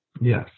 Yes